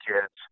kids